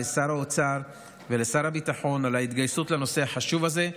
לשר האוצר ולשר הביטחון על ההתגייסות לנושא החשוב הזה.